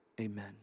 amen